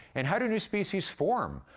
and how do new species form?